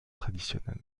traditionnels